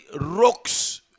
rocks